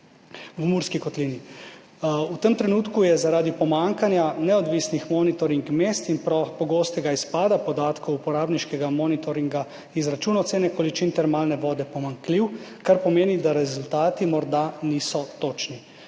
V tem trenutku je zaradi pomanjkanja neodvisnih monitoring mest in pogostega izpada podatkov uporabniškega monitoringa izračun ocene količin termalne vode pomanjkljiv, kar pomeni, da rezultati morda niso točni.